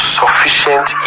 sufficient